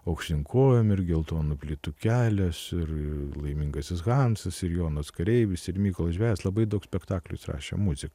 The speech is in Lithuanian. aukštyn kojom ir geltonų plytų kelias ir laimingasis hansas ir jonas kareivis ir mykolas žvejas labai daug spektaklių jis rašė muziką